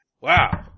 Wow